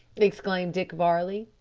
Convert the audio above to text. exclaimed dick varley.